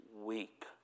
weep